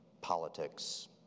politics